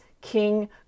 king